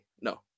No